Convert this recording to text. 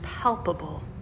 palpable